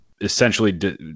essentially